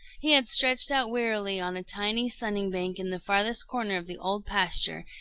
he had stretched out wearily on a tiny sunning-bank in the farthest corner of the old pasture,